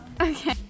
okay